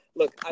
look